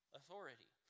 authority